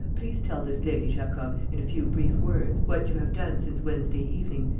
please tell this lady, jacob, in a few brief words, what you have done since wednesday evening,